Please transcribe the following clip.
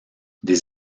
des